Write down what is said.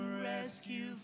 rescue